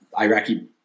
Iraqi